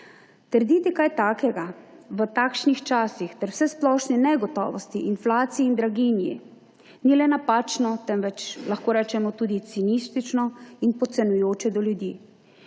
Trditi kaj takega v takšnih časih ter vsesplošni negotovosti, inflaciji in draginji ni le napačno, temveč lahko rečemo tudi cinično in podcenjujoče do ljudi.